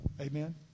Amen